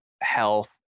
health